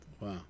wow